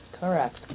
Correct